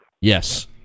Yes